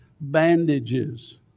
Bandages